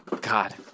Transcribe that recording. God